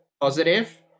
positive